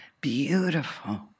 beautiful